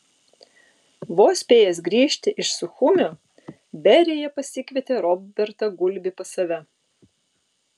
vos spėjęs grįžti iš suchumio berija pasikvietė robertą gulbį pas save